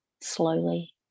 slowly